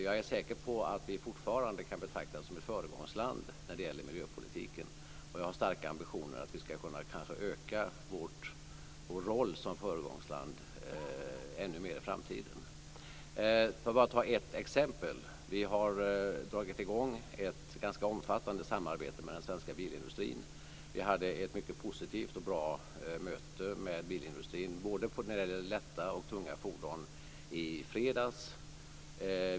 Jag är säker på att Sverige fortfarande kan betraktas som ett föregångsland när det gäller miljöpolitiken, och jag har en stark ambition att vi ytterligare skall kunna stärka vår roll som föregångsland i framtiden. Låt mig ge bara ett exempel. Vi har dragit i gång ett ganska omfattande samarbete med den svenska bilindustrin. Vi hade i fredags ett mycket positivt och bra möte med företrädare för de svenska tillverkarna av både lätta och tunga fordon.